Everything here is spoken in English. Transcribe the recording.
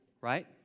right